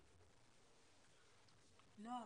לא,